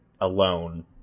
alone